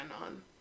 on